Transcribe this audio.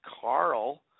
Carl